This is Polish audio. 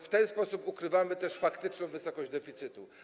W ten sposób ukrywamy też faktyczną wysokość deficytu.